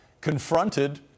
confronted